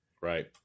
right